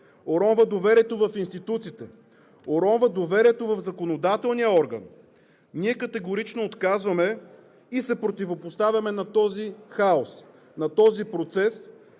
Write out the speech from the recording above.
уронва доверието в институциите, уронва доверието в законодателния орган. Ние категорично отказваме и се противопоставяме на този хаос, на този процес,